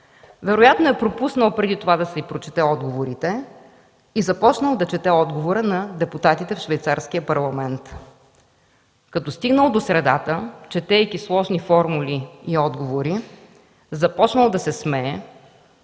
Вероятно е пропуснал преди това да си прочете отговорите и започнал да чете отговора на депутатите в швейцарския парламент. Като стигнал до средата, четейки сложни формули и отговори, започнал да се смее.